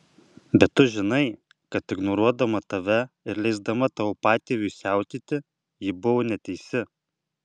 bet tu žinai kad ignoruodama tave ir leisdama tavo patėviui siautėti ji buvo neteisi